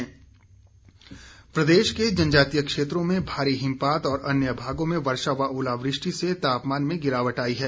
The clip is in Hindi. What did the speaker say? मौसम प्रदेश के जनजातीय क्षेत्रों में भारी हिमपात और अन्य भागों में वर्षा व ओलावृष्टि से तापमान में गिरावट आई है